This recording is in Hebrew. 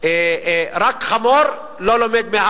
ורק חמור לא לומד.